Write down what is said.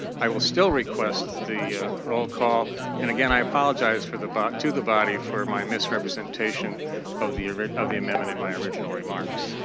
i will still request the rollcall and again i apologize for the but to the body for my misrepresentation of the of the amendments in my original remarks.